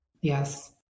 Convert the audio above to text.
Yes